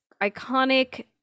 iconic